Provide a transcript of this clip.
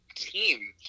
team